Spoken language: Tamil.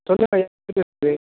சொல்லுங்கய்யா